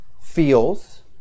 feels